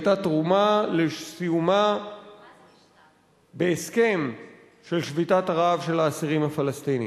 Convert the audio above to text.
היתה תרומה לסיומה בהסכם של שביתת הרעב של האסירים הפלסטינים.